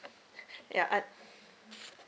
ya I